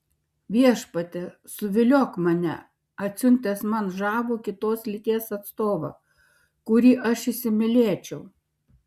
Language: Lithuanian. viešpatie suviliok mane atsiuntęs man žavų kitos lyties atstovą kurį aš įsimylėčiau